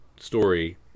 story